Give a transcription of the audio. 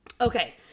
Okay